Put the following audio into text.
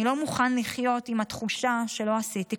אני לא מוכן לחיות עם התחושה שלא עשיתי כלום.